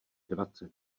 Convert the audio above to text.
dvacet